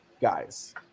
guys